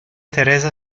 teresa